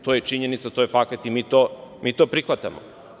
To je činjenica, to je fakat i mi to prihvatamo.